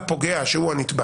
שהוא הנתבע